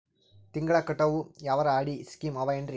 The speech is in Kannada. ತಿಂಗಳ ಕಟ್ಟವು ಯಾವರ ಆರ್.ಡಿ ಸ್ಕೀಮ ಆವ ಏನ್ರಿ?